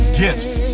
gifts